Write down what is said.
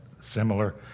similar